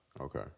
Okay